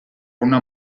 una